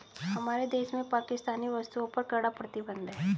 हमारे देश में पाकिस्तानी वस्तुएं पर कड़ा प्रतिबंध हैं